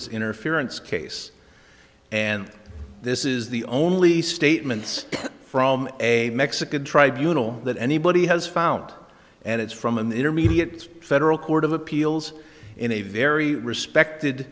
us interference case and this is the only statements from a mexican tribunals that anybody has found and it's from an intermediate federal court of appeals in a very respected